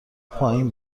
پایین